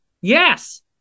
yes